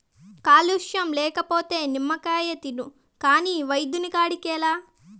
calcium లేకపోతే నిమ్మకాయ తిను కాని వైద్యుని కాడికేలా